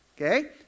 Okay